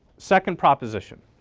second proposition,